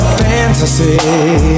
fantasy